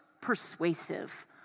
persuasive